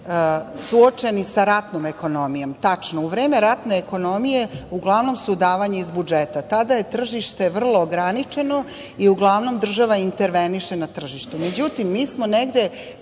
suočeni sa ratnom ekonomijom. Tačno. U vreme ratne ekonomije uglavnom su davanje iz budžeta. Tada je tržište vrlo ograničeno i uglavnom država interveniše na tržištu.Međutim,